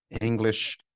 English